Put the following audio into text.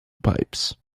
pipes